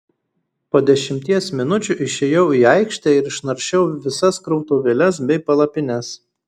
po dešimties minučių išėjau į aikštę ir išnaršiau visas krautuvėles bei palapines